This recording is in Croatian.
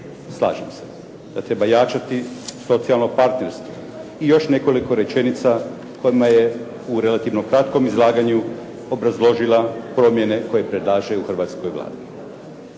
Slažem se. Da treba jačati socijalno partnerstvo. I još nekoliko rečenica kojima je u relativno kratkom izlaganju obrazložila promjene koje predlaže u hrvatskoj Vladi.